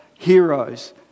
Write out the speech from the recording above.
Heroes